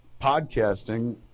podcasting